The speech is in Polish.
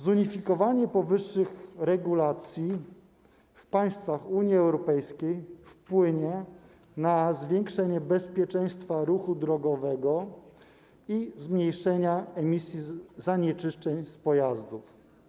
Zunifikowanie powyższych regulacji w państwach Unii Europejskiej wpłynie na zwiększenie bezpieczeństwa ruchu drogowego i zmniejszenie emisji zanieczyszczeń z pojazdów.